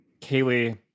Kaylee